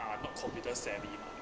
are not computer savvy mah